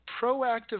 proactive